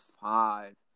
five